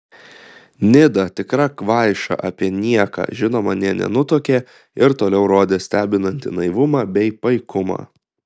nida tikra kvaiša apie nieką žinoma nė nenutuokė ir toliau rodė stebinantį naivumą bei paikumą